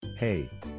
Hey